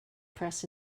press